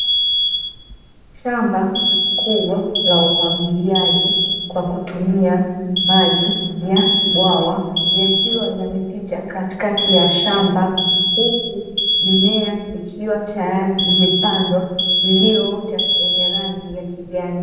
Shamba kubwa la umwagiliaji kwa kutumia maji ya bwawa, yakiwa yamepita katikati ya shamba, huku mimea ikiwa tayari imepandwa iliyoota yenye rangi ya kijani.